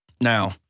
Now